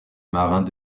marins